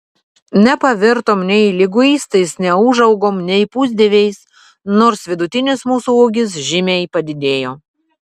nepavirtom nei liguistais neūžaugom nei pusdieviais nors vidutinis mūsų ūgis žymiai padidėjo